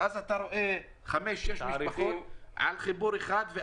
ואז אתה רואה חמש או שש משפחות בחיבור אחד,